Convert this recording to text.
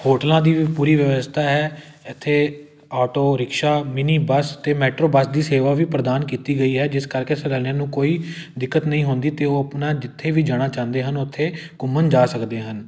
ਹੋਟਲਾਂ ਦੀ ਵੀ ਪੂਰੀ ਵਿਵਸਥਾ ਹੈ ਇੱਥੇ ਆਟੋ ਰਿਕਸ਼ਾ ਮਿਨੀ ਬੱਸ ਅਤੇ ਮੈਟਰੋ ਬੱਸ ਦੀ ਸੇਵਾ ਵੀ ਪ੍ਰਦਾਨ ਕੀਤੀ ਗਈ ਹੈ ਜਿਸ ਕਰਕੇ ਸੈਲਾਨੀਆਂ ਨੂੰ ਕੋਈ ਦਿੱਕਤ ਨਹੀਂ ਹੁੰਦੀ ਅਤੇ ਉਹ ਆਪਣਾ ਜਿੱਥੇ ਵੀ ਜਾਣਾ ਚਾਹੁੰਦੇ ਹਨ ਉੱਥੇ ਘੁੰਮਣ ਜਾ ਸਕਦੇ ਹਨ